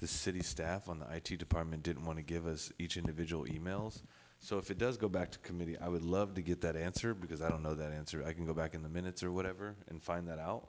the city staff on the i t department didn't want to give us each individual e mails so if it does go back to committee i would love to get that answer because i don't know that answer i can go back in the minutes or whatever and find that out